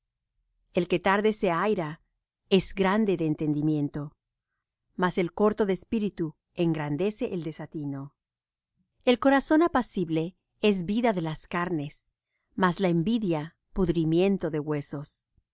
el que tarde se aira es grande de entendimiento mas el corto de espíritu engrandece el desatino el corazón apacible es vida de las carnes mas la envidia pudrimiento de huesos